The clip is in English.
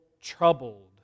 troubled